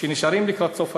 שנשארים לקראת סוף השנה.